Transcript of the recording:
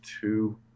two